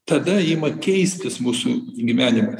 tada ima keistis mūsų gyvenimas